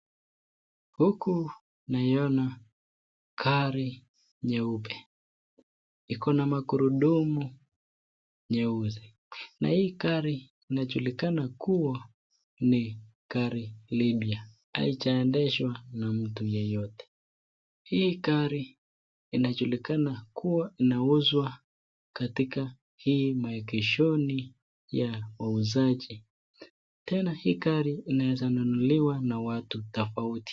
Huku naiona gari nyeupe, iko na magurudumu nyeusi, na hii gari inajulikana kuwa ni lipya, halijaedeshwa na mtu yeyote, hii gari inajulikana kuwa inauzwa katika hii maegeshoni ya wauzaji, tena hii gari inaeza nunuliwa na watu tofauti.